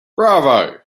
bravo